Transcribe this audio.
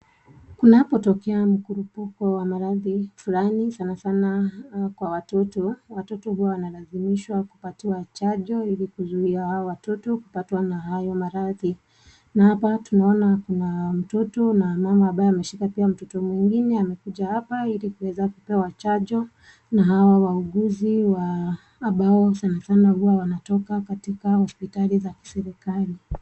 Kunapotokea mkurupuko wa maradhi fulani sanasana kwa watoto ,watoto huwa wanalazimishwa kupata chanjo ili kuzuia hao watoto kupatwa na hayo maradhi. Na hapa tunaona kuna mama ambaye ameshika mtoto mwingine amekuja hapa ili kupewa chanjo na hawa wauguzi ambao sanasana huwa wanatoka katika hospitali za kiserikali.